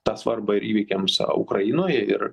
tą svarbą ir įvykiams ukrainoje ir